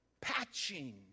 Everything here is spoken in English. patching